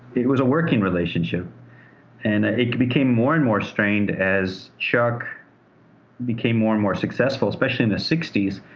it was a working relationship and it it became more and more strained as chuck became more and more successful, especially in the sixty s.